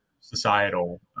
societal